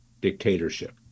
dictatorship